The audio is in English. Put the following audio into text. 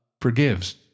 forgives